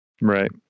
right